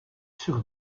sur